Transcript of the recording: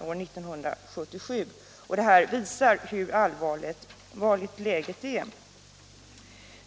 år 1977. Det visar hur allvarligt läget är.